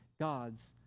god's